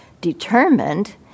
determined